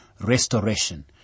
restoration